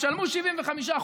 תשלמו 75%,